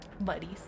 Buddies